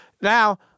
now